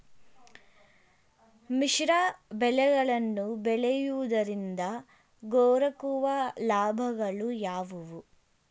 ಮಿಶ್ರ ಬೆಳೆಗಳನ್ನು ಬೆಳೆಯುವುದರಿಂದ ದೊರಕುವ ಲಾಭಗಳು ಯಾವುವು?